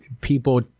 people